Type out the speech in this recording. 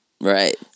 Right